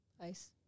ice